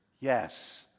Yes